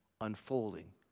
unfolding